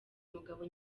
umugabo